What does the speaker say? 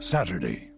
Saturday